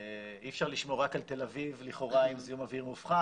אי אפשר לשמור רק על תל אביב לכאורה עם זיהום אוויר מופחת